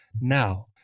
Now